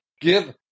Give